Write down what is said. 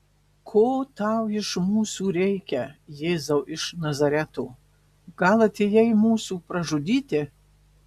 ko tau iš mūsų reikia jėzau iš nazareto gal atėjai mūsų pražudyti